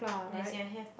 as in I have but